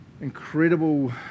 incredible